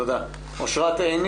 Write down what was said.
תודה רבה.